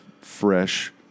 fresh